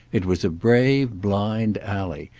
it was a brave blind alley,